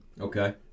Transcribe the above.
Okay